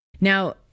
Now